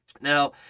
now